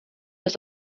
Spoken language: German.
des